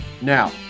Now